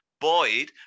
Boyd